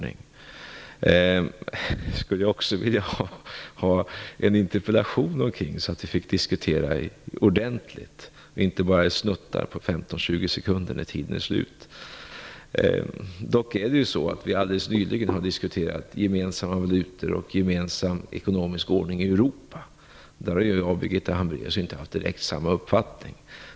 Jag skulle vilja ha en interpellation om den för att kunna diskutera den ordentligt, inte i snuttar på 15-20 sekunder när tiden är slut. Vi har dock alldeles nyligen diskuterat gemensamma valutor och en gemensam ekonomisk ordning i Europa. Därvidlag har Birgitta Hambraeus och jag inte haft direkt samma uppfattning.